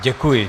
Děkuji.